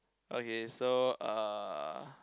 okay so uh